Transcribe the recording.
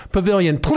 Pavilion